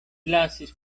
lasis